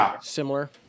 similar